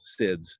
SIDS